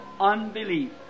unbelief